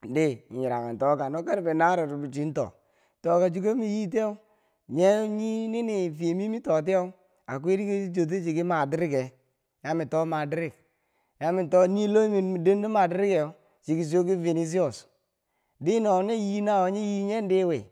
to, nyira ken toka, no karfe naarub ri bo chin to, to ka chiko mi yii tiyeu, nye nyi yii nini fiye mi to tiyeu akwai dike chi chuwo ti chiki madirikke yami to madirrik. yami too nii loo miu dendo maderikkeu chiki chuwo ki venicious di ni nyi naweu nyo yi nyin dii wi.